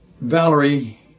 Valerie